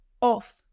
off